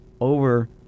over